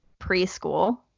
preschool